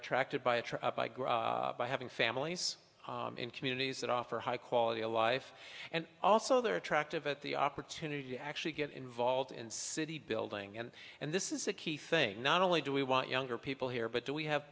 attracted by a truck by having families in communities that offer high quality of life and also they're attractive at the opportunity to actually get involved in city building and and this is a key thing not only do we want younger people here but do we have